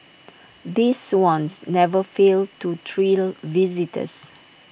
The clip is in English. these swans never fail to thrill visitors